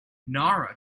nara